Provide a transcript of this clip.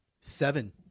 Seven